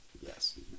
Yes